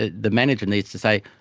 ah the manager needs to say,